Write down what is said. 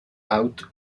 haut